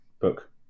book